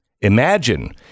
Imagine